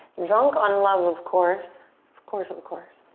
drunk on love of course. of course, of of course,